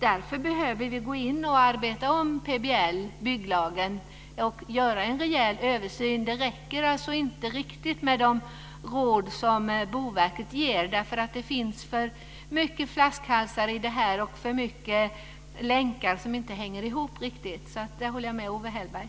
Därför behöver vi arbeta om plan och bygglagen och göra en rejäl översyn. Det räcker alltså inte riktigt med de råd som Boverket ger. Det finns för många flaskhalsar i detta och för många länkar som inte hänger ihop riktigt. Där håller jag med Owe Hellberg.